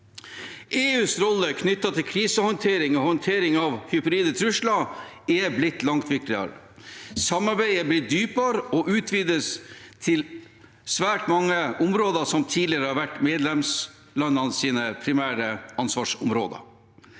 EUs rolle knyttet til krisehåndtering og håndtering av hybride trusler er blitt langt viktigere. Samarbeidet er blitt dypere og utvides til svært mange områder som tidligere har vært medlemslandenes primære ansvarsområder.